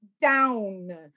down